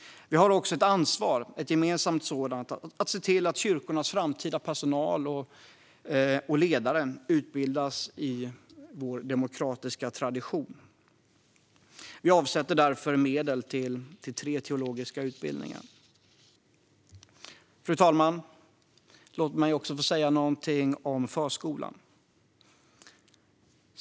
Vi har också ett gemensamt ansvar för att se till att kyrkornas framtida personal och ledare utbildas i vår demokratiska tradition. Vi avsätter därför medel till tre teologiska utbildningar. Fru talman! Låt mig också säga något om förskolan.